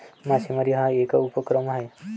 मासेमारी हा एक उपक्रम आहे